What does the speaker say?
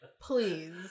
Please